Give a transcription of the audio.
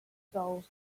gold